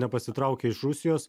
nepasitraukė iš rusijos